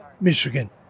Michigan